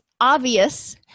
obvious